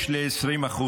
יש ל-20%,